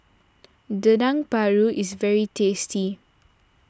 Dendeng Paru is very tasty